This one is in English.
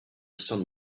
sun